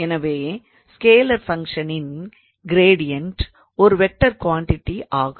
எனவே ஸ்கேலார் ஃபங்க்ஷனின் க்ரேடியன்ட் ஒரு வெக்டார் குவாண்டிடி ஆகும்